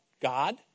God